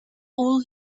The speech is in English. all